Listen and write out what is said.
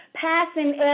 passing